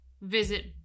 visit